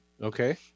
Okay